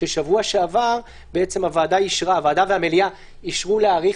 שבשבוע שעבר הוועדה והמליאה אישרו להאריך